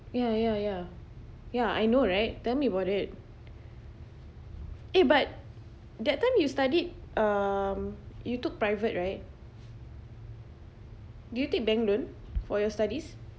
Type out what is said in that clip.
ya ya ya ya I know right tell me about it eh but that time you studied um you took private right did you take bank loan for your studies